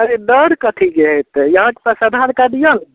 अरे डर कथीके हेतै अहाँके पास आधार कार्ड यऽ